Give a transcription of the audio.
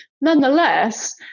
Nonetheless